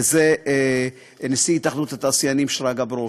וזה נשיא התאחדות התעשיינים, שרגא ברוש.